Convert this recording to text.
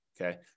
Okay